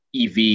ev